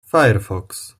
firefox